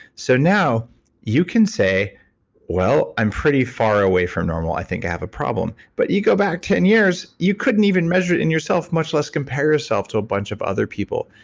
so, now you can say well, well, i'm pretty far away from normal. i think i have a problem. but you go back ten years you couldn't even measure it in yourself much less compare yourself to a bunch of other people.